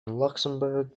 luxembourg